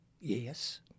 Yes